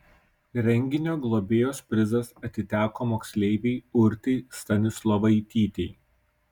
renginio globėjos prizas atiteko moksleivei urtei stanislovaitytei